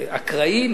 אקראי,